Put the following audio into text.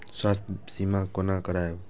स्वास्थ्य सीमा कोना करायब?